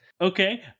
Okay